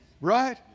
Right